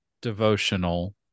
devotional